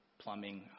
plumbing